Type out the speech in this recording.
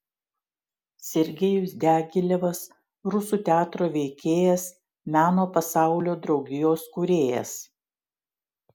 sergejus diagilevas rusų teatro veikėjas meno pasaulio draugijos kūrėjas